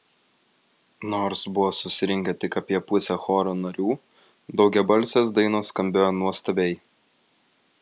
nors buvo susirinkę tik apie pusė choro narių daugiabalsės dainos skambėjo nuostabiai